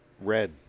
Red